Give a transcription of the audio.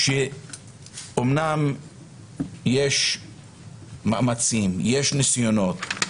שאומנם יש מאמצים, יש ניסיונות,